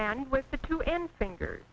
and with the two ends finger